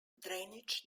drainage